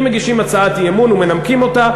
אם מגישים הצעת אי-אמון ומנמקים אותה,